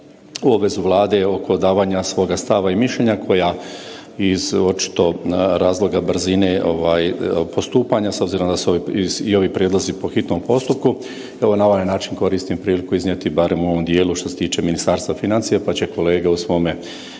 na obvezu Vlade oko davanja svoga stava i mišljenja koja iz očito razloga brzine postupanja s obzirom da su i ovi prijedlozi po hitnom postupku evo na ovaj način koristim priliku iznijeti barem u ovom dijelu što se tiče Ministarstva financija, pa će kolege u svome